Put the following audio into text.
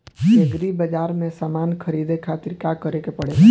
Agri बाज़ार से समान ख़रीदे खातिर का करे के पड़ेला?